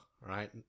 Right